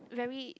very